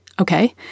Okay